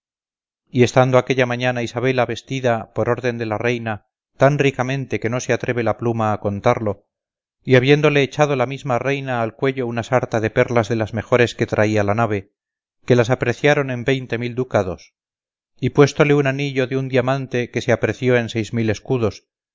y estando aquella mañana isabela vestida por orden de la reina tan ricamente que no se atreve la pluma a contarlo y habiéndole echado la misma reina al cuello una sarta de perlas de las mejores que traía la nave que las apreciaron en veinte mil ducados y puéstole un anillo de un diamante que se apreció en seis mil escudos